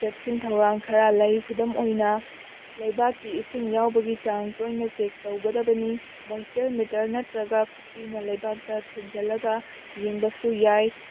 ꯆꯦꯛꯁꯤꯟ ꯊꯧꯔꯥꯡ ꯈꯔ ꯂꯩ ꯈꯨꯗꯝ ꯑꯣꯏꯅ ꯂꯩꯕꯥꯛꯀꯤ ꯏꯁꯤꯡ ꯌꯥꯎꯕꯒꯤ ꯆꯥꯡ ꯇꯣꯏꯅ ꯆꯦꯛ ꯇꯧꯒꯗꯕꯅꯤ ꯃꯣꯏꯁꯇꯔ ꯃꯤꯇꯔ ꯅꯠꯇ꯭ꯔꯒ ꯈꯨꯕꯤꯅ ꯂꯩꯕꯥꯛꯇ ꯊꯤꯟꯖꯤꯜꯂꯒ ꯌꯦꯡꯕꯁꯨ ꯌꯥꯏ